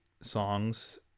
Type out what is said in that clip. songs